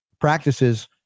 practices